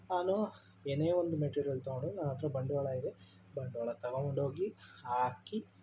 ನಾನು ಏನೇ ಒಂದು ಮೆಟೀರಿಯಲ್ ತಗೊಂಡರು ನನ್ನ ಹತ್ರ ಬಂಡವಾಳ ಇದೆ ಬಂಡವಾಳ ತಗೊಂಡ್ಹೋಗಿ ಹಾಕಿ